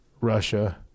Russia